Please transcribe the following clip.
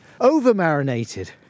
over-marinated